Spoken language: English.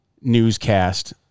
newscast